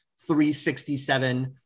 367